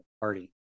party